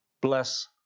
bless